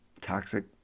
toxic